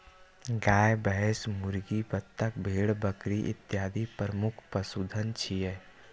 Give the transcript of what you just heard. गाय, भैंस, मुर्गी, बत्तख, भेड़, बकरी इत्यादि प्रमुख पशुधन छियै